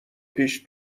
پیش